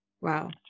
Wow